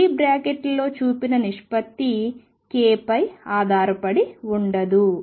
curly బ్రాకెట్లలో చూపిన నిష్పత్తి kపై ఆధారపడి ఉండదు